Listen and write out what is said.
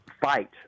fight